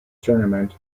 tournament